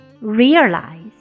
realize